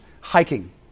hiking